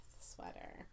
sweater